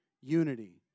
unity